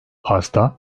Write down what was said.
hasta